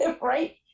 Right